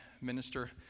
minister